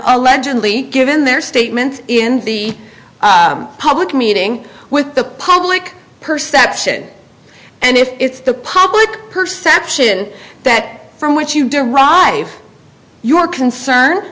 allegedly given their statements in the public meeting with the public perception and if it's the public perception that from which you derive your concern